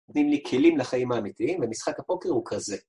נותנים לי כלים לחיים האמיתיים, ומשחק הפוקר הוא כזה.